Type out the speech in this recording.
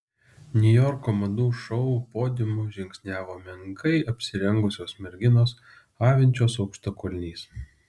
niujorko madų šou podiumu žingsniavo menkai apsirengusios merginos avinčios aukštakulniais